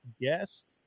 guest